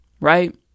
right